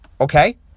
Okay